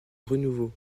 renouveau